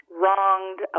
wronged